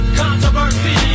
controversy